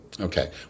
Okay